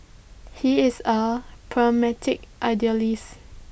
he is A pragmatic idealist